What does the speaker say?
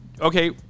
okay